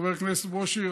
חבר הכנסת ברושי,